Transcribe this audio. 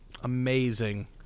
amazing